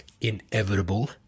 inevitable